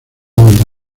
donde